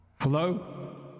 Hello